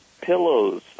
pillows